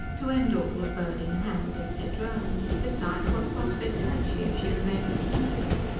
to end all, a bird in hand, etc. and besides, what prospects had she, if she remained a spinster?